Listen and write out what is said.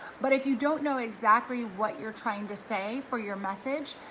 but if you don't know exactly what you're trying to say for your message,